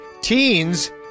Teens